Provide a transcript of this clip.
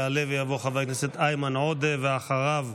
יעלה ויבוא חבר הכנסת איימן עודה, ואחריו,